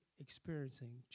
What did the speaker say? experiencing